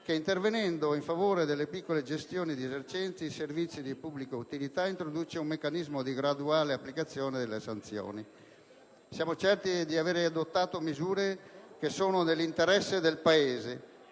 intervenendo in favore delle piccole gestioni esercenti servizi di pubblica utilità, si introduce un meccanismo graduale per l'applicazione delle sanzioni. Siamo certi di aver adottato misure che sono nell'interesse del Paese,